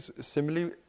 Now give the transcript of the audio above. similarly